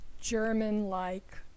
German-like